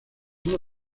uno